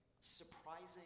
surprising